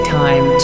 time